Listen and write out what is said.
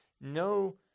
no